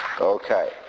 Okay